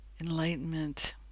enlightenment